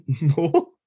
no